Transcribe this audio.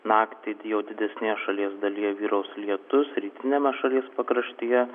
naktį jau didesnėje šalies dalyje vyraus lietus rytiniame šalies pakraštyje